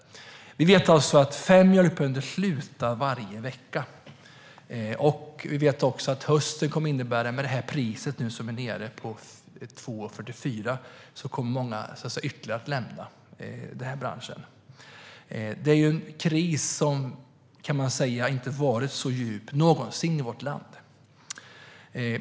Vi vet att fem mjölkbönder slutar varje vecka, och när priset nu är nere på 2,44 vet vi att många ytterligare kommer att lämna branschen i höst. Det är en kris som man kan säga inte har varit så djup någonsin i vårt land.